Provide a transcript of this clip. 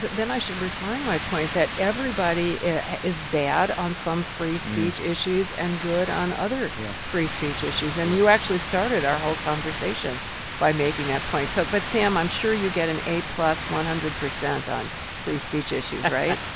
then i should refine my point that everybody is bad on some free speech issues and good on other yeah free speech issues. and you actually started our whole conversation by making that point so but, sam, i'm sure you get an a-plus, one hundred percent on free speech issues, right.